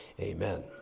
amen